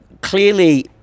clearly